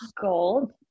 gold